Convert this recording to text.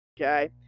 okay